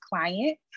client